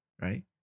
right